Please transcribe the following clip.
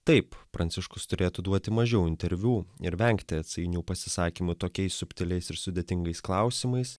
taip pranciškus turėtų duoti mažiau interviu ir vengti atsainių pasisakymų tokiais subtiliais ir sudėtingais klausimais